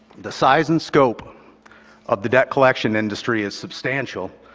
the size and scope of the debt collection industry is substantial,